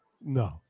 no